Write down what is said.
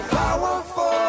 powerful